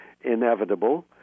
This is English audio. inevitable